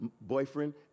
boyfriend